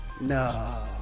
No